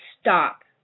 stop